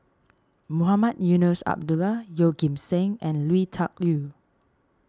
Mohamed Eunos Abdullah Yeoh Ghim Seng and Lui Tuck Yew